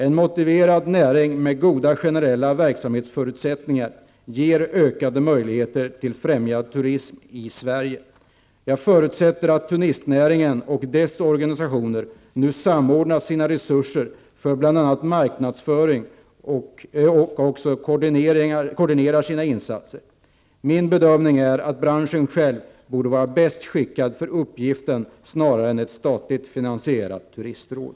En motiverad näring med goda generella verksamhetsförutsättningar ger ökade möjligheter till främjad turism i Sverige. Jag förutsätter att turistnäringen och dess organisationer nu samordnar sina resurser för bl.a. marknadsföring och också koordinerar sina insatser. Min bedömning är att branschen själv borde vara bäst skickad för uppgiften snarare än ett statligt finansierat turistråd.